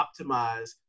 optimize